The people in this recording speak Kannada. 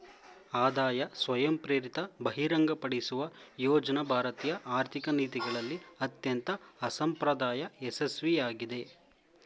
ಆದಾಯ ಸ್ವಯಂಪ್ರೇರಿತ ಬಹಿರಂಗಪಡಿಸುವ ಯೋಜ್ನ ಭಾರತೀಯ ಆರ್ಥಿಕ ನೀತಿಗಳಲ್ಲಿ ಅತ್ಯಂತ ಅಸಂಪ್ರದಾಯ ಯಶಸ್ವಿಯಾಗಿದೆ